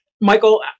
Michael